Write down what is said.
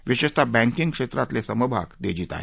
विशेषतः बँकींग क्षेत्रातले समभाग तेजीत आहेत